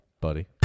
buddy